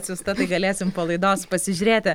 atsiųsta tai galėsim palaidos pasižiūrėti